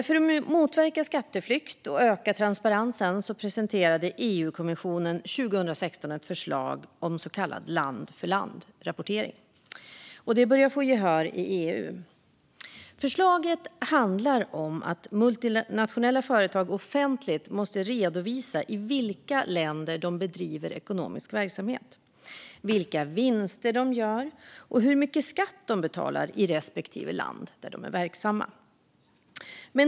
För att motverka skatteflykt och öka transparensen presenterade EUkommissionen år 2016 ett förslag om så kallad land-för-land-rapportering. Det börjar få gehör i EU. Förslaget innebär att multinationella företag offentligt måste redovisa i vilka länder de bedriver ekonomisk verksamhet, vilka vinster de gör och hur mycket skatt de betalar i respektive land där de är verksamma.